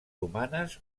humanes